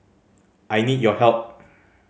I need your help